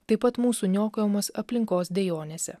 taip pat mūsų niokojamos aplinkos dejonėse